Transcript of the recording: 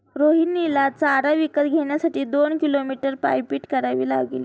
रोहिणीला चारा विकत घेण्यासाठी दोन किलोमीटर पायपीट करावी लागली